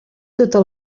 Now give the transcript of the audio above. tota